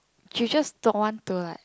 she's just don't want to like